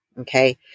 Okay